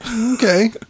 Okay